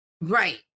Right